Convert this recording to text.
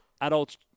adults